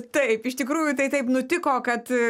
taip iš tikrųjų tai taip nutiko kad